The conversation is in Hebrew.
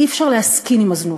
אי-אפשר להסכים עם הזנות.